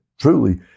truly